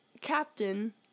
captain